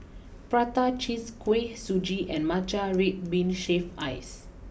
Prata Cheese Kuih Suji and Matcha Red Bean Shaved Ice